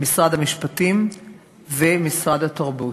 משרד המשפטים ומשרד התרבות.